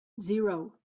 zero